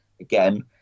Again